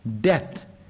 death